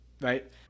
right